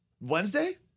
Wednesday